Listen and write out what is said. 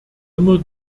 immer